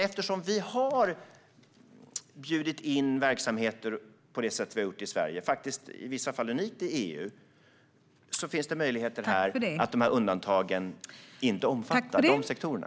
Eftersom vi har bjudit in verksamheter på det sätt som vi har gjort i Sverige, vilket i vissa fall är unikt i EU, finns det möjlighet att dessa undantag inte omfattar de sektorerna.